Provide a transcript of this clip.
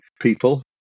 people